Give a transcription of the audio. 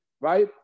right